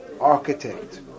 architect